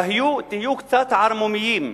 תהיו קצת ערמומיים,